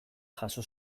jaso